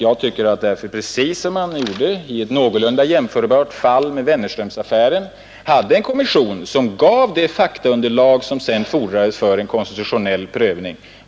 Jag tycker därför att man skall göra som man gjorde i ett någorlunda jämförbart fall, nämligen Wennerströmaffären. Där hade man en kommission som gav det faktaunderlag som fordrades för en konstitutionell prövning.